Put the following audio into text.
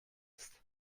ist